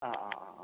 ആ ആ ആ ആ